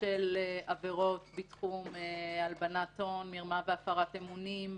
של עבירות בתחום הלבנת הון, מרמה והפרת אמונים,